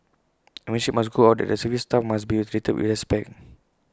A message must go out that service staff must be treated with respect